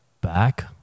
back